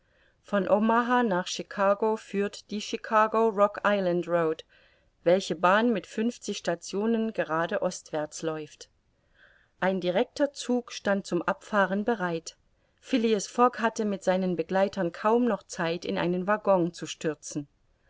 von omaha nach chicago führt die chicago rock island road welche bahn mit fünfzig stationen gerade ostwärts läuft ein directer zug stand zum abfahren bereit phileas fogg hatte mit seinen begleitern kaum noch zeit in einen waggon zu stürzen